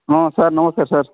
ହଁ ସାର୍ ନମସ୍କାର ସାର୍